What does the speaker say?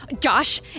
Josh